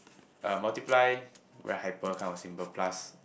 uh multiply very hyper kind of simple plus